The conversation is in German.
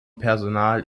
personal